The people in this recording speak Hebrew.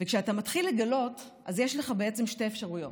וכשאתה מתחיל לגלות אז יש לך בעצם שתי אפשרויות: